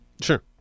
Sure